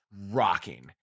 rocking